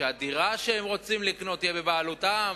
שהדירה שהם רוצים לקנות תהיה בבעלותם.